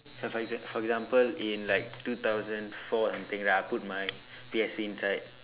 so for exa~ for example in like two thousand four and thing lah I put my P_S_P inside